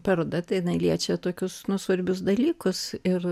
paroda tai liečia tokius svarbius dalykus ir